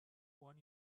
when